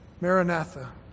Maranatha